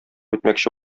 итмәкче